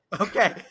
Okay